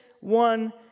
one